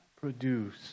produce